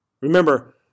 Remember